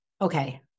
Okay